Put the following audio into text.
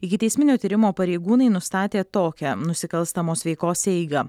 ikiteisminio tyrimo pareigūnai nustatė tokią nusikalstamos veikos eigą